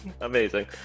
Amazing